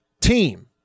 team